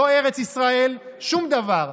לא ארץ ישראל, שום דבר.